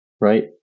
right